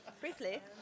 Briefly